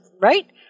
right